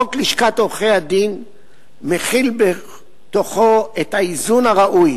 חוק לשכת עורכי-הדין מכיל בתוכו את האיזון הראוי